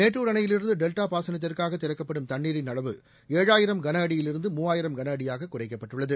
மேட்டூர் அணையிலிருந்து டெல்டா பாசனத்துக்காக திறக்கப்படும் தண்ணீரின் அளவு ஏழாயிரம் கள அடியிலிருந்து மூவாயிரம் கன அடியாக குறைக்கப்பட்டுள்ளது